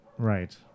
Right